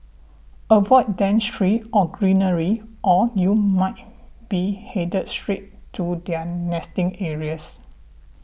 avoid dense trees or greenery or you might be headed straight to their nesting areas